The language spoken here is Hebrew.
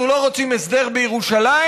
אנחנו לא רוצים הסדרים בירושלים,